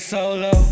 solo